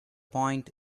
point